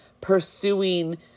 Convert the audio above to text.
pursuing